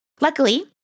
Luckily